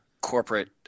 corporate